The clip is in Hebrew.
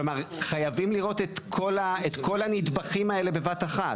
כלומר, חייבים לראות את כל הנדבכים האלה בבת אחת.